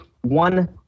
one